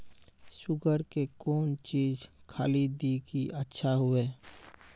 Sugar के कौन चीज खाली दी कि अच्छा हुए?